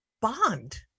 bond